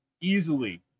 easily